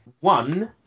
One